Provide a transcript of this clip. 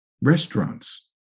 restaurants